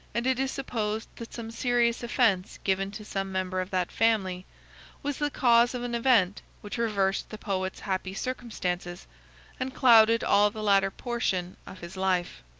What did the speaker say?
and it is supposed that some serious offence given to some member of that family was the cause of an event which reversed the poet's happy circumstances and clouded all the latter portion of his life.